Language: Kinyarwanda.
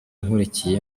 nkurikiye